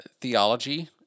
theology